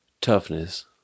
Toughness